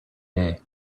day